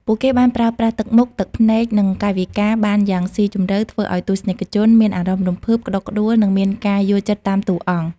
ពួកគេបានប្រើប្រាស់ទឹកមុខ ទឹកភ្នែក និងកាយវិការបានយ៉ាងស៊ីជម្រៅធ្វើឱ្យទស្សនិកជនមានអារម្មណ៍រំភើប ក្ដុកក្ដួល និងមានការយល់ចិត្តតាមតួអង្គ។